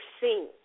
seen